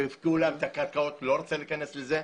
שהפקיעו להם את הקרקעות אני לא רוצה להיכנס לזה.